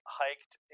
hiked